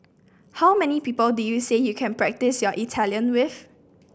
how many people did you say you can practise your Italian with